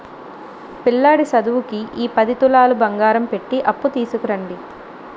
పిల్లాడి సదువుకి ఈ పది తులాలు బంగారం పెట్టి అప్పు తీసుకురండి